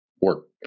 work